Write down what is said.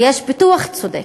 ויש פיתוח צודק.